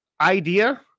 idea